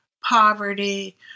poverty